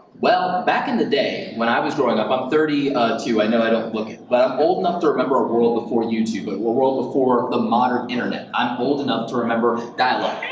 well, back in the day when i was growing up, i'm thirty two, i know i don't look it, but i'm old enough to remember a world before youtube, but a world before the modern internet. i'm old enough to remember dial-up